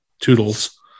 toodles